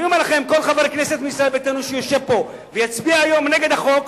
אני אומר לכם שכל חבר כנסת מישראל ביתנו שיושב פה ויצביע היום נגד החוק,